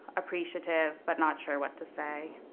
appreciative, but not sure what to say.